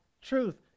truth